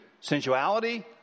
sensuality